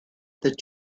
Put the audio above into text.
the